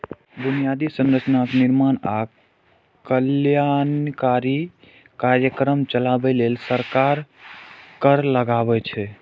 बुनियादी संरचनाक निर्माण आ कल्याणकारी कार्यक्रम चलाबै लेल सरकार कर लगाबै छै